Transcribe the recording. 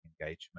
engagement